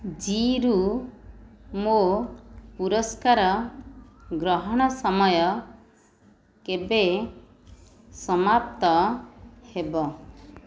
ଜୀରୁ ମୋ ପୁରସ୍କାର ଗ୍ରହଣ ସମୟ କେବେ ସମାପ୍ତ ହେବ